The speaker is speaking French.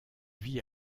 vit